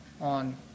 on